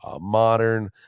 modern